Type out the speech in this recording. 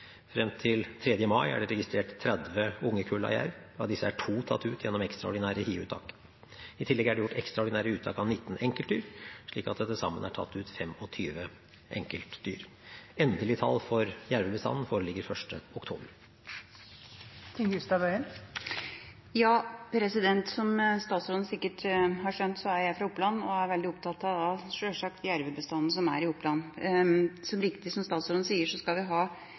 Frem til 3. mai er det registrert 30 ungekull av jerv. Av disse er to tatt ut gjennom ekstraordinære hiuttak. I tillegg er det gjort ekstraordinære uttak av 19 enkeltdyr, slik at det til sammen er tatt ut 25 enkeltdyr. Endelig tall for jervebestanden foreligger 1. oktober. Som statsråden sikkert har skjønt, er jeg fra Oppland, og jeg er sjølsagt veldig opptatt av jervebestanden som er i Oppland. Som statsråden sier, er det 65 kull med jervevalper, noe som